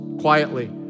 quietly